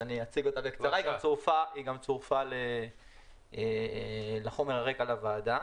אציג אותה בקצרה, היא גם צורפה לחומר הרקע לוועדה,